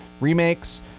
remakes